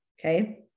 okay